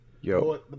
Yo